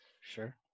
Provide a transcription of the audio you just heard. Sure